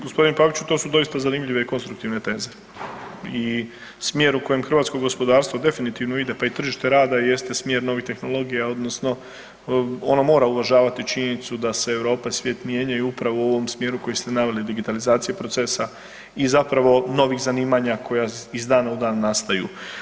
G. Paviću to su doista zanimljive i konstruktivne teze i smjer u kojem hrvatsko gospodarstvo definitivno ide, pa i tržište rada jeste smjer novih tehnologija odnosno ono mora uvažavati činjenicu da se Europa i svijet mijenjaju upravo u ovom smjeru kojem ste naveli, digitalizacija procesa i zapravo novih zanimanja koja iz dana u dan nastaju.